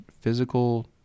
physical